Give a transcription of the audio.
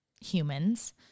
humans